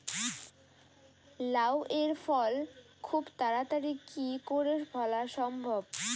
লাউ এর ফল খুব তাড়াতাড়ি কি করে ফলা সম্ভব?